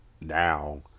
now